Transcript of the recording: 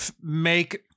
make